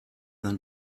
than